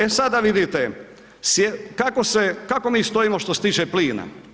E sada vidite, kako mi stojimo što se tiče plina.